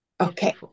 Okay